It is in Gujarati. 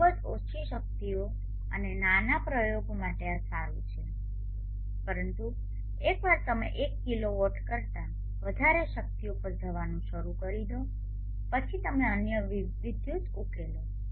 ખૂબ જ ઓછી શક્તિઓ અને નાના પ્રયોગો માટે આ સારું છે પરંતુ એકવાર તમે 1 કિલોવોટ કરતા વધારે શક્તિઓ પર જવાનું શરૂ કરો પછી તમે અન્ય વિદ્યુત ઉકેલો લેશો